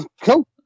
Cool